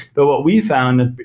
but what we found,